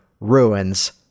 Ruins